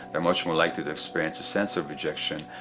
they are much more likely to experience a sense of rejection.